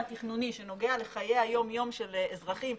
התכנוני שנוגע לחיי היום יום של אזרחים,